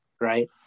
right